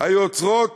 היוצרות